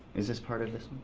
is this part of this